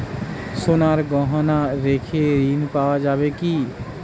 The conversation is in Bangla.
সোনার গহনা রেখে ঋণ পাওয়া যাবে কি?